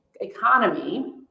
economy